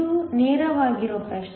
ಇದು ನೇರವಾಗಿರುವ ಪ್ರಶ್ನೆ